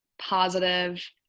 positive